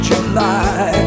July